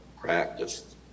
practiced